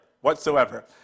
whatsoever